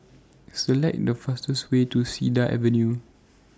Select The fastest Way to Cedar Avenue